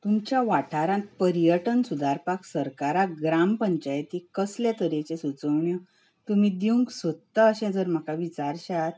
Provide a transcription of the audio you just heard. आमच्या वाठारांत पर्यटन सुदारपाक सरकाराक ग्राम पंचायतीक कसले तरेच्यो सुचोवण्यो तुमी दिवंक सोदता अशें जर म्हाका विचारश्यात